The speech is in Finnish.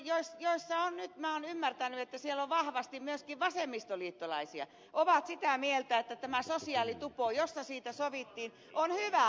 järjestöt joissa on nyt näin olen ymmärtänyt vahvasti myöskin vasemmistoliittolaisia ovat sitä mieltä että tämä sosiaalitupo jossa siitä sovittiin on hyvä asia